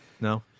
No